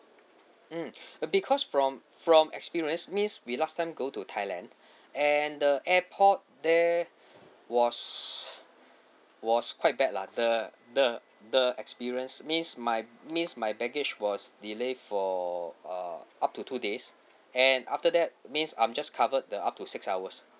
mm uh because from from experience means we last time go to thailand and the airport there was was quite bad lah the the experience means my means my baggage was delayed for uh up to two days and after that means I'm just covered the up to six hours